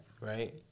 Right